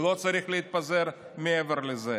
לא צריך להתפזר מעבר לזה.